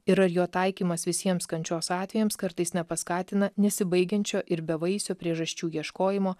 ir ar jo taikymas visiems kančios atvejams kartais nepaskatina nesibaigiančio ir bevaisio priežasčių ieškojimo